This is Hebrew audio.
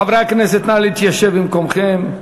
חברי הכנסת, נא להתיישב במקומכם.